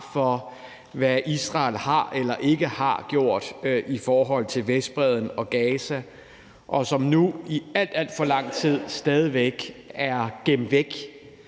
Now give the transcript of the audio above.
for, hvad Israel har eller ikke har gjort i forhold til Vestbredden og Gaza, som nu i al, al for lang tid stadig væk er gemt væk